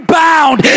bound